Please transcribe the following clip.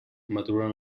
maduren